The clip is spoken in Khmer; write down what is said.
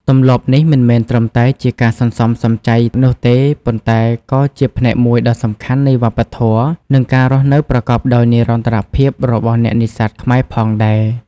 ទម្លាប់នេះមិនមែនត្រឹមតែជាការសន្សំសំចៃនោះទេ ប៉ុន្តែក៏ជាផ្នែកមួយដ៏សំខាន់នៃវប្បធម៌ និងការរស់នៅប្រកបដោយនិរន្តរភាពរបស់អ្នកនេសាទខ្មែរផងដែរ។